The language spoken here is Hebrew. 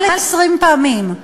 יותר מ-20 פעמים: